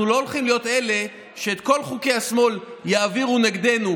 אנחנו לא הולכים להיות אלה שאת כל חוקי השמאל יעבירו נגדנו,